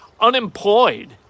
Unemployed